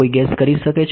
કોઈ ગેસ કરી શકે છે